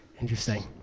Interesting